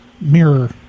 mirror